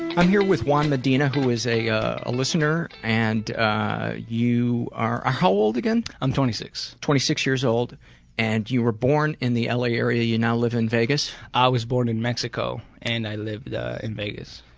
i'm here with juan medina, who is a ah listener and you are how old again? i'm twenty six. twenty six years old and you were born in the la area, you now live in vegas? i was born in mexico and i lived in vegas.